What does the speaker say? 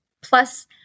plus